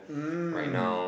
hmm